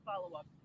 follow-up